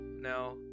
now